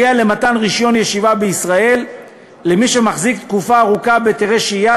למתן רישיון ישיבה בישראל למי שמחזיק תקופה ארוכה בהיתרי שהייה,